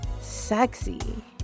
sexy